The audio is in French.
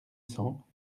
cents